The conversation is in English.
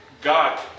God